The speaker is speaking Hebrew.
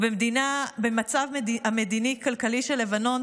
או במצב המדיני-כלכלי של לבנון,